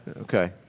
Okay